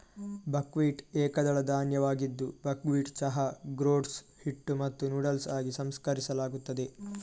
buckwheat ಏಕದಳ ಧಾನ್ಯವಾಗಿದ್ದು buckwheat ಚಹಾ, ಗ್ರೋಟ್ಸ್, ಹಿಟ್ಟು ಮತ್ತು ನೂಡಲ್ಸ್ ಆಗಿ ಸಂಸ್ಕರಿಸಲಾಗುತ್ತದೆ